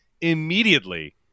immediately